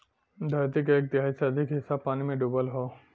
धरती के एक तिहाई से अधिक हिस्सा पानी में डूबल हौ